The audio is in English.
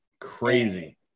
crazy